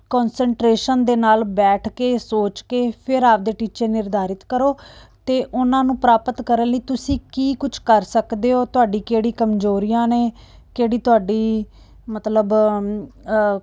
concentration ਦੇ ਨਾਲ ਬੈਠ ਕੇ ਸੋਚ ਕੇ ਫੇਰ ਆਪਦੇ ਟੀਚੇ ਨਿਰਧਾਰਿਤ ਕਰੋ ਅਤੇ ਉਨ੍ਹਾਂ ਨੂੰ ਪ੍ਰਾਪਤ ਕਰਨ ਲਈ ਤੁਸੀਂ ਕੀ ਕੁਛ ਕਰ ਸਕਦੇ ਹੋ ਤੁਹਾਡੀ ਕਿਹੜੀ ਕਮਜ਼ੋਰੀਆਂ ਨੇ ਕਿਹੜੀ ਤੁਹਾਡੀ ਮਤਲਬ